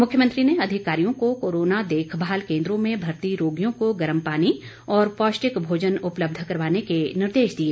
मुख्यमंत्री ने अधिकारियों को कोरोना देखभाल केन्द्रों में भर्ती रोगियों को गर्म पानी और पौष्टिक भोजन उपलब्ध करवाने के निर्देश दिए